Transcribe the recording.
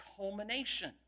culmination